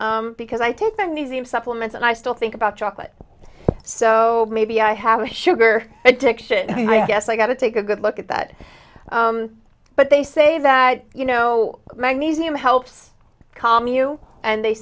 because i think that museum supplements and i still think about chocolate so maybe i have a sugar addiction i guess i got to take a good look at that but they say that you know magnesium helps calm you and they